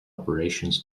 operations